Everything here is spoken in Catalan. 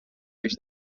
peix